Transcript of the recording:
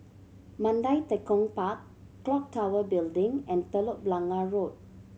Mandai Tekong Park Clock Tower Building and Telok Blangah Road